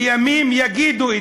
וימים יגידו.